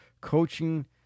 Coaching